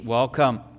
Welcome